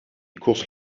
courses